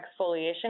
exfoliation